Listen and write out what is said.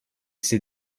c’est